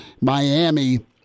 Miami